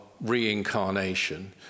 reincarnation